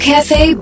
Cafe